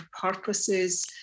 purposes